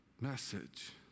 message